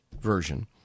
version